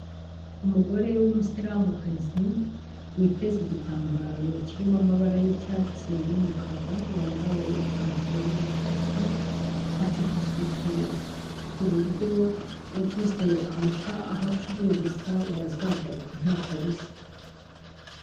Umugore w'umusiramukazi witeze igitambaro kirimo amabara y'icyatsi n'umukara wambaye ipantaro y'umutuku, afite isuku ku buryo uguze amata aho acururiza wazagaruka ntakabuza.